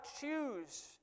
choose